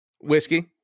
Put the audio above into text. Whiskey